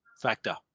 factor